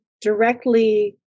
directly